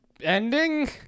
ending